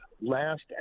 last